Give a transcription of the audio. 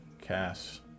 cast